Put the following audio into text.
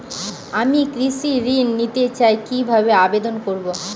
আমি কৃষি ঋণ নিতে চাই কি ভাবে আবেদন করব?